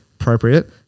appropriate